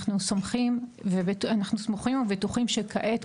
אנחנו סומכים ואנחנו סמוכים ובטוחים שכעת,